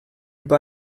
über